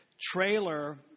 trailer